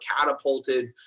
catapulted